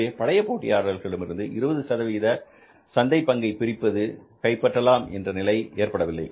எனவே பழைய போட்டியாளர்கள் இடமிருந்து 20 சந்தைப் பங்கை பிரித்து கைப்பற்றலாம் என்ற நிலைமை ஏற்படவில்லை